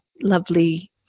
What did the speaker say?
lovely